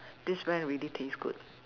this brand really taste good